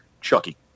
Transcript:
Chucky